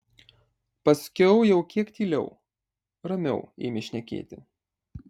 paskiau jau kiek tyliau ramiau ėmė šnekėti